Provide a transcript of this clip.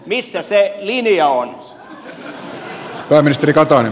missä se linja on